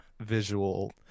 visual